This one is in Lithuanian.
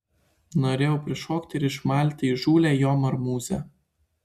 norėjau prišokti ir išmalti įžūlią jo marmūzę